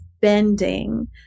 bending